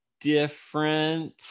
different